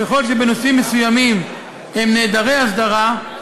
ככל שנושאים מסוימים הם נעדרי הסדרה,